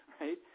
right